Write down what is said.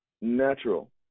natural